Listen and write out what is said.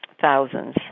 thousands